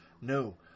No